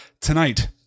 Tonight